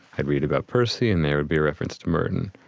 i'd read about percy and there'd be a reference to merton.